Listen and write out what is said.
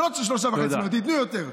לא צריך 3.5, תנו יותר.